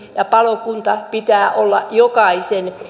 ja palokunnan pitää olla jokaisen